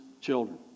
children